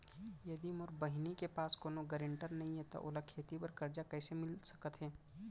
यदि मोर बहिनी के पास कोनो गरेंटेटर नई हे त ओला खेती बर कर्जा कईसे मिल सकत हे?